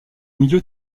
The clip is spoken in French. milieu